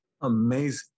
amazing